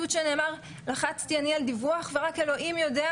ולכן אנחנו צריכים מצד אחד לטייב את הרגולציה הקיימת,